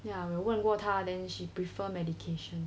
ya 我有问过他 then she prefer medication